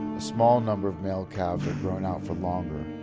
small number of male calves are grown out for longer,